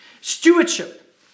Stewardship